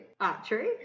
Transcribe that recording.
Archery